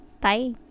Bye